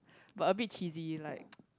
but a bit cheesy like